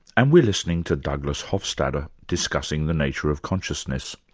and we're listening to douglas hofstadter discussing the nature of consciousness.